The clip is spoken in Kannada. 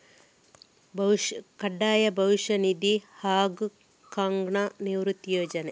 ಕಡ್ಡಾಯ ಭವಿಷ್ಯ ನಿಧಿ, ಹಾಂಗ್ ಕಾಂಗ್ನ ನಿವೃತ್ತಿ ಯೋಜನೆ